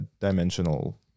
dimensional